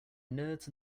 nerds